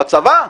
בצבא?